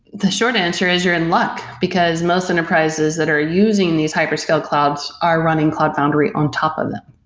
the short answer is you're in luck, because most enterprises that are using these hyperscale clouds are running cloud foundry on top of them.